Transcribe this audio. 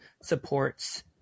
supports